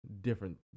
different